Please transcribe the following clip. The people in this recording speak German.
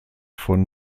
von